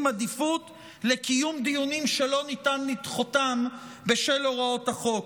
עדיפות לקיום דיונים שלא ניתן לדחותם בשל הוראות החוק.